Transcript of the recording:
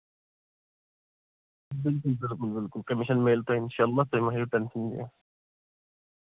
بِلکُل بِلکُل بِلکُل کٔمِشن میلہِ تۄہہِ اِنشاء اللہ تُہۍ مہ ہیٚیِو ٹینشن کیٚنٛہہ